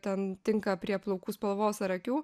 ten tinka prie plaukų spalvos ar akių